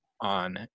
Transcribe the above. on